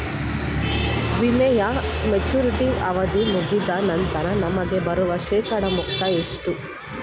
ವಿಮೆಯ ಮೆಚುರಿಟಿ ಅವಧಿ ಮುಗಿದ ನಂತರ ನಮಗೆ ಬರುವ ಶೇಕಡಾ ಮೊತ್ತ ಎಷ್ಟು?